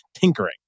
tinkering